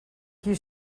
qui